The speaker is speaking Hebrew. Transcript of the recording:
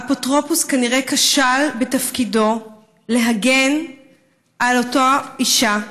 האפוטרופוס כנראה כשל בתפקידו להגן על אותה אישה,